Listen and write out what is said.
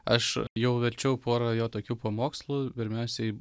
aš jau verčiau porą jo tokių pamokslų pirmiausiai